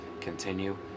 continue